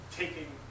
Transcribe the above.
taking